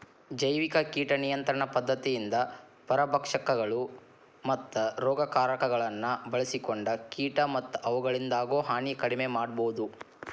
ಜೈವಿಕ ಕೇಟ ನಿಯಂತ್ರಣ ಪದ್ಧತಿಯಿಂದ ಪರಭಕ್ಷಕಗಳು, ಮತ್ತ ರೋಗಕಾರಕಗಳನ್ನ ಬಳ್ಸಿಕೊಂಡ ಕೇಟ ಮತ್ತ ಅವುಗಳಿಂದಾಗೋ ಹಾನಿ ಕಡಿಮೆ ಮಾಡಬೋದು